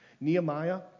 Nehemiah